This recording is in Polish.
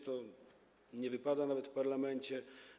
Tak nie wypada, nawet w parlamencie.